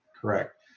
Correct